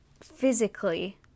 physically